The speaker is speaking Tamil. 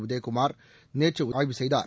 உதயகுமார் நேற்று ஆய்வு செய்தார்